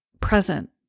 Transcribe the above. present